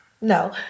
no